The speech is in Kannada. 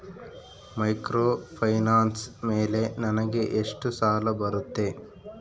ಮೈಕ್ರೋಫೈನಾನ್ಸ್ ಮೇಲೆ ನನಗೆ ಎಷ್ಟು ಸಾಲ ಬರುತ್ತೆ?